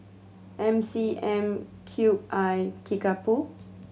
M C M Cube I Kickapoo